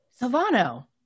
Silvano